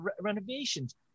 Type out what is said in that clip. renovations